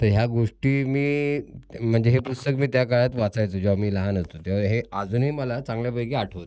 तर ह्या गोष्टी मी म्हणजे हे पुस्तक मी त्या काळात वाचायचो जेव्हा मी लहान होतो तेव्हा हे अजूनही मला चांगल्यापैकी आठवतं